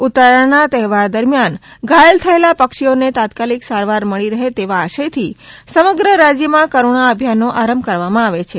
ઉત્તરાયણના તહેવાર દરમ્યાન ધાયલ થયેલા પક્ષીઓને તાત્કાલિક સારંવાર મળી રહે તેવા આશયથી સમગ્ર રાજયમાં કરૂણા અભિયાનનો આરંભ કરવામાં આવે છે